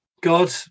god